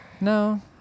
No